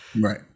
right